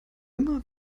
immer